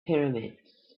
pyramids